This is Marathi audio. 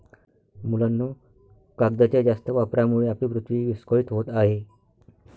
मुलांनो, कागदाच्या जास्त वापरामुळे आपली पृथ्वी विस्कळीत होत आहे